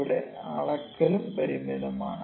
ഇവിടെ അളക്കലും പരിമിതമാണ്